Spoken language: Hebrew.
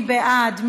מי בעד?